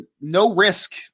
no-risk